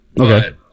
Okay